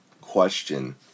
question